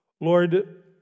Lord